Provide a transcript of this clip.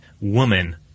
Woman